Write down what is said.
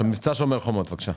מבצע שומר חומות, בבקשה.